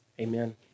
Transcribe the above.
Amen